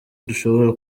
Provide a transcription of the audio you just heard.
dushobora